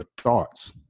thoughts